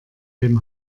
dem